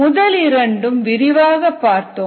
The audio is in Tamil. முதலிரண்டும் விரிவாக பார்த்தோம்